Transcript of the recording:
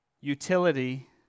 utility